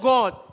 God